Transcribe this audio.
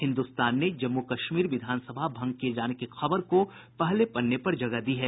हिन्दुस्तान ने जम्मू कश्मीर विधान सभा भंग किये जाने की खबर को पहले पन्ने पर जगह दी है